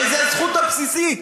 הרי זו הזכות הבסיסית.